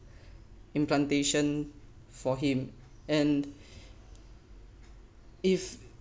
implantation for him and if